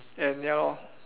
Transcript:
and ya lor